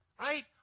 right